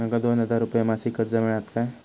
माका दोन हजार रुपये मासिक कर्ज मिळात काय?